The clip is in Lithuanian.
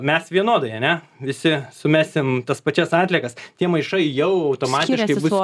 mes vienodai a ne visi sumesim tas pačias atliekas tie maišai jau automatiškai